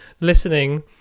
listening